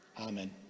Amen